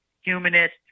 humanist